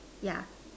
yeah